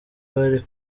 bari